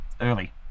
Early